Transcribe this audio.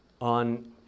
on